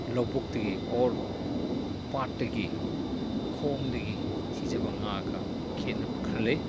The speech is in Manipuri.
ꯂꯧꯕꯨꯛꯇꯒꯤ ꯑꯣꯔ ꯄꯥꯠꯇꯒꯤ ꯈꯣꯡꯗꯒꯤ ꯊꯤꯖꯕ ꯉꯥꯒ ꯈꯦꯠꯅꯕ ꯈꯔ ꯂꯩ